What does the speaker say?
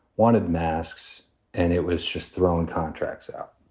wanted masks and it was just throwing contracts out.